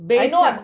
becak